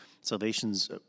salvation's